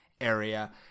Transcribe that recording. area